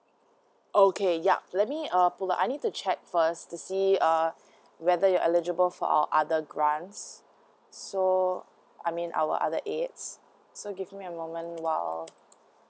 okay yup let me uh pull out I need to check first to see uh whether you're eligible for our other grants so I mean our other aids so give me a moment awhile